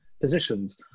positions